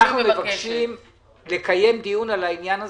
אנחנו מבקשים לקיים דיון על העניין הזה,